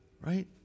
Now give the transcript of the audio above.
right